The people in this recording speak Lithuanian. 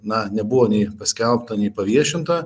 na nebuvo nei paskelbta nei paviešinta